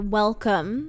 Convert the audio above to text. welcome